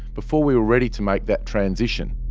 before we were ready to make that transition.